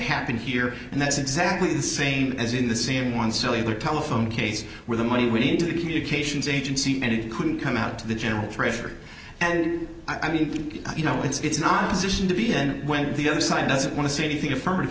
happen here and that's exactly the same as in the same one cellular telephone case where the money went into a communications agency and it couldn't come out to the general treasure and i mean you know it's not a position to be in when the other side doesn't want to say anything affirmative